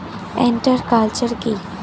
Inter culture কি?